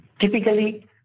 typically